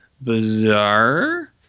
bizarre